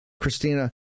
Christina